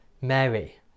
Mary